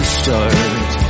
start